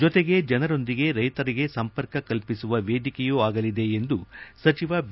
ಜೊತೆಗೆ ಜನರೊಂದಿಗೆ ರೈತರಿಗೆ ಸಂಪರ್ಕ ಕಲ್ಪಿಸುವ ವೇದಿಕೆಯೂ ಆಗಲಿದೆ ಎಂದು ಬಿ